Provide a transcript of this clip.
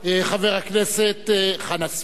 חבר הכנסת חנא סוייד,